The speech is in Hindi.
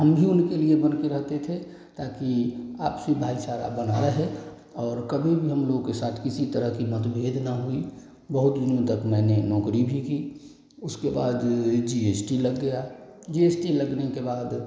हम भी उनके लिए बनकर रहते थे ताकि आपसी भाईचारा बनी रहे और कभी हमलोगों के साथ किसी तरह का मतभेद न हुआ बहुत दिन तक मैंने नौकरी भी की उसके बाद जी एस टी लग गई जी एस टी लगने के बाद